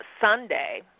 Sunday